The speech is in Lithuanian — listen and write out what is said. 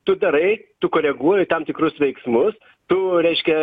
tu darai tu koreguoji tam tikrus veiksmus tai reiškia